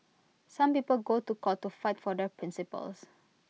some people go to court to fight for their principles